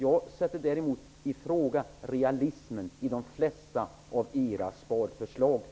Jag ifrågasätter realismen,